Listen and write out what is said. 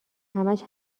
همش